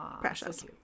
Precious